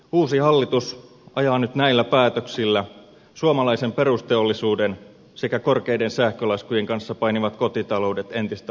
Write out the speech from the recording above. uusi hallitus ajaa nyt näillä päätöksillä suomalaisen perusteollisuuden sekä korkeiden sähkölaskujen kanssa painivat kotitaloudet entistä ahtaammalle